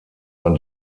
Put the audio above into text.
man